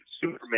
Superman